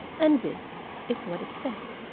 and this is what it said